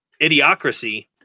Idiocracy